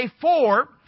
four